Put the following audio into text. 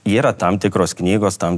yra tam tikros knygos tam